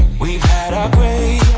we've had our